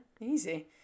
Easy